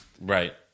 Right